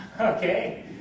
Okay